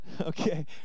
Okay